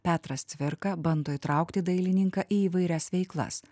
petras cvirka bando įtraukti dailininką į įvairias veiklas